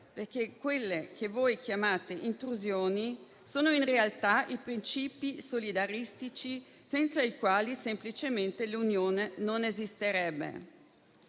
perché quelle che voi chiamate intrusioni, sono, in realtà, principi solidaristici senza i quali semplicemente l'Unione non esisterebbe.